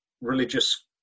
religious